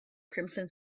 crimson